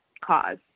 cause